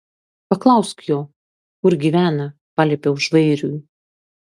paklausk jo kur gyvena paliepiau žvairiui